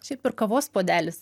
šiaip ir kavos puodelis